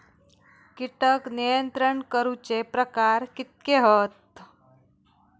कीटक नियंत्रण करूचे प्रकार कितके हत?